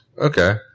Okay